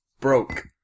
broke